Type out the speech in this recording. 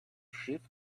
shift